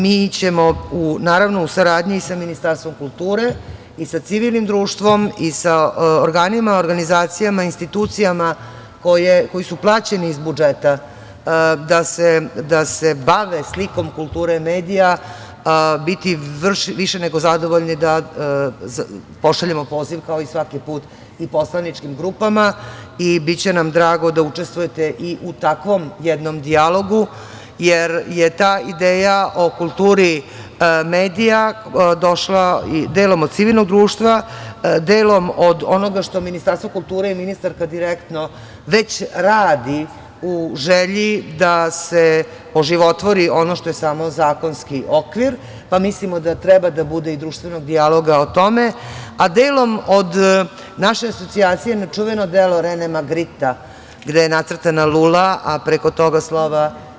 Mi ćemo, naravno, u saradnji i sa Ministarstvom kulture, sa civilnim društvom, sa organima, organizacijama i institucijama koji su plaćeni iz budžeta da se bave slikom kulture medija, biti više nego zadovoljni da pošaljemo poziv, kao i svaki put i poslaničkim grupama, i biće nam drago da učestvujete i u takvom jednom dijalogu, jer je ta ideja o kulturi medija došla i delom od civilnog društva, delom od onoga što Ministarstvo kulture i ministarka direktno već radi u želji da se oživotvori ono što je samo zakonski okvir, pa mislimo da treba da bude i društvenog dijaloga o tome, a delom od naše asocijacije na čuveno delo Renema Grita, gde je nacrtana lula, a preko toga slova.